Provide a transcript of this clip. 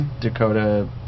Dakota